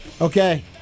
Okay